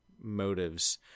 motives